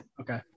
okay